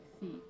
see